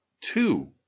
two